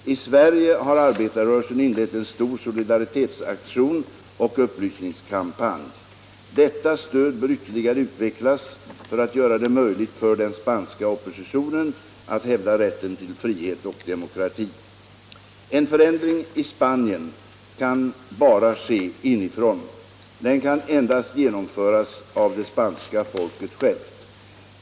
I Sverige har arbetarrörelsen inlett en stor solidaritetsaktion och upplysningskampanj. Detta stöd bör ytterligare utvecklas för att göra det möjligt för den spanska oppositionen att hävda rätten till frihet och demokrati. En förändring i Spanien kan bara ske inifrån. Den kan endast genomföras av det spanska folket självt.